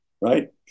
right